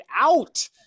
out